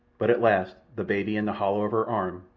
but at last, the baby in the hollow of her arm,